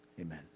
amen